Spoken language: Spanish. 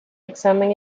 examen